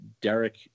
Derek